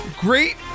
great